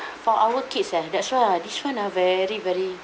for our kids eh that's why ah this one ah very very